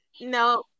No